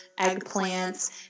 eggplants